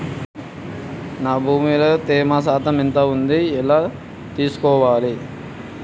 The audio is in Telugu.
నా భూమి లో తేమ శాతం ఎంత ఉంది ఎలా తెలుసుకోవాలే?